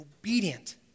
obedient